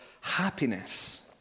happiness